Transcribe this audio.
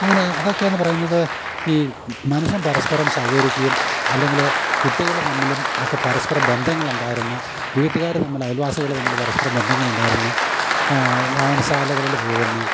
അങ്ങനെ അതൊക്കെ എന്ന് പറയുന്നത് ഈ മനുഷ്യൻ പരസ്പരം സഹകരിക്കുകയും അല്ലെങ്കിൽ കുട്ടികൾ തമ്മിലും ഒക്കെ പരസ്പരം ബന്ധങ്ങളുണ്ടായിരുന്ന വീട്ടുകാർ തമ്മിൽ അയൽവാസികൾ തമ്മിൽ പരസ്പരം ബന്ധങ്ങുണ്ടായിരുന്ന വായനശാലകളിൽ പോകുന്ന